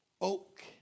oak